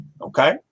Okay